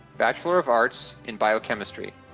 bachelor of arts in biochemistry